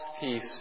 peace